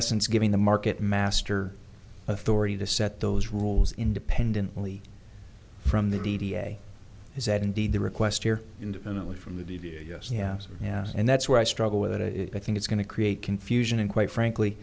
essence giving the market master authority to set those rules independently from the d d a is that indeed the request here independently from the view yes yeah yeah and that's where i struggle with it i think it's going to create confusion and quite frankly